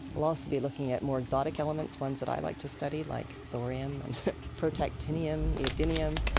we'll also be looking at more exotic elements, ones that i like to study, like thorium and protactinium, iridium,